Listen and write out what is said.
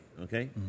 Okay